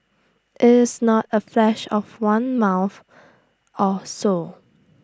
IT is not A flash of one month or so